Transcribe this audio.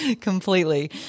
completely